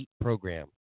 program